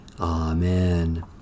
Amen